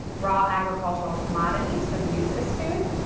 raw agricultural commodities for use as food,